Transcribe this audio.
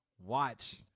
watch